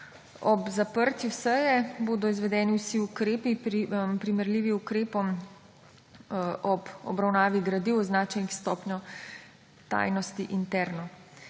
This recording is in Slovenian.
Ob zaprtju seje bodo izvedeni vsi ukrepi, primerljivi ukrepom ob obravnavi gradiv, označenih s stopnjo tajnosti interno.